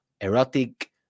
erotic